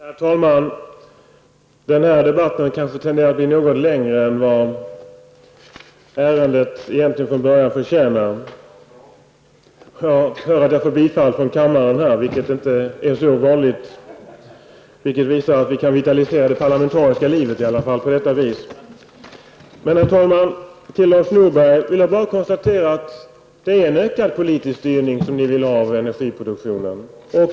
Herr talman! Den här debatten har tenderat att bli något längre än vad ärendet egentligen från början förtjänar. Jag hör att jag får bifall ifrån kammaren, vilket inte är så vanligt. Det visar att vi kan vitalisera det parlamentariska livet på detta vis. Herr talman! Jag vill konstatera för Lars Norberg att miljöpartiet vill ha en ökad politisk styrning av energiproduktionen.